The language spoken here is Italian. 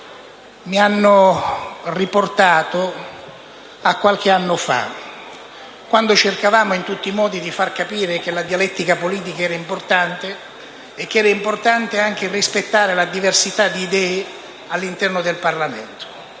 mi hanno riportato a qualche anno fa, quando cercavamo in tutti i modi di far capire che la dialettica politica era importante, così come lo era rispettare la diversità di idee all'interno del Parlamento.